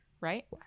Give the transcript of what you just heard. right